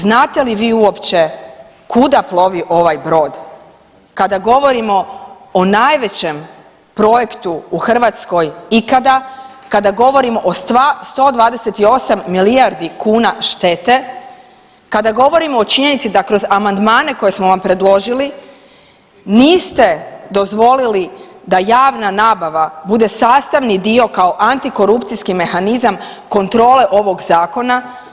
Znate li vi uopće kuda plovi ovaj brod kada govorimo o najvećim projektu u Hrvatskoj ikada, kada govorimo o 128 milijardi kuna štete, kada govorimo o činjenici da kroz amandmane koje smo vam predložili niste dozvolili da javna nabave bude sastavni dio kao antikorupcijski mehanizam kontrole ovog zakona.